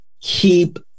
Keep